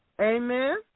Amen